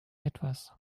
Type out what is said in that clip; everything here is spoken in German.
etwas